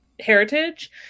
heritage